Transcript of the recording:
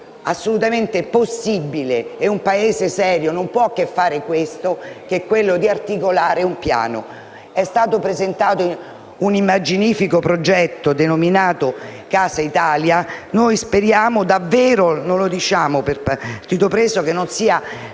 assolutamente possibile - e un Paese serio non può che fare questo - articolare un piano. È stato presentato un immaginifico progetto, denominato Casa Italia. Speriamo davvero - non lo diciamo per partito preso - che non sia